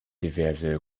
diverse